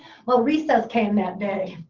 well, recess came that day.